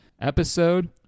episode